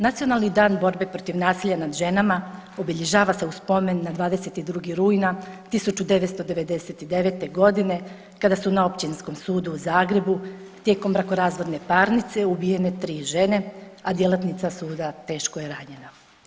Nacionalni dan borbe protiv nasilja nad ženama obilježava se u spomen na 22. rujna 1999.g. kada su na Općinskom sudu u Zagrebu tijekom brakorazvodne parnice ubijene tri žene, a djelatnica suda teško je ranjena.